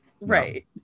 Right